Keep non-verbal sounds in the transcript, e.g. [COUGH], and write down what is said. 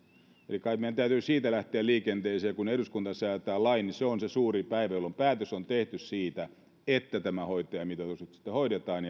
eli kai meidän täytyy siitä lähteä liikenteeseen että kun eduskunta säätää lain niin se on se suuri päivä kun päätös on tehty siitä että tämä hoitajamitoitus nyt sitten hoidetaan [UNINTELLIGIBLE]